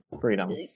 freedom